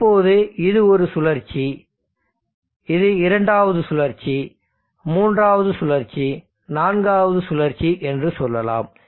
இப்போது இது ஒரு சுழற்சி இரண்டாவது சுழற்சி மூன்றாவது சுழற்சி நான்காவது சுழற்சி என்று சொல்லலாம்